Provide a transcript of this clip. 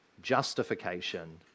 justification